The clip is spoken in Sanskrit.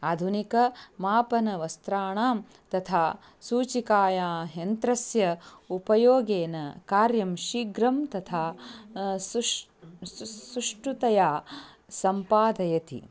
आधुनिकं मापनवस्त्राणां तथा सूचिकायन्त्रस्य उपयोगेन कार्यं शीघ्रं तथा सुष् सुष्ठुतया सम्पादयति